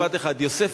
רק משפט אחד: יוסף,